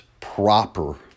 proper